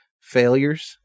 failures